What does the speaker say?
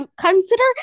consider